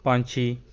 ਪੰਛੀ